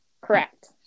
Correct